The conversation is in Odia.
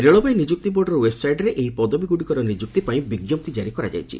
ରେଳବାଇ ନିଯୁକ୍ତି ବୋର୍ଡ଼ର ଓ୍ୱେବ୍ସାଇଟ୍ରେ ଏହି ପଦବୀଗୁଡ଼ିକର ନିଯୁକ୍ତିପାଇଁ ବିଜ୍ଞପ୍ତି ଜାରି କରାଯାଇଛି